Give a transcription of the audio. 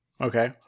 Okay